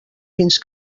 fins